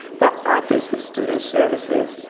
the office of student services,